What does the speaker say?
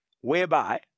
whereby